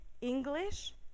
English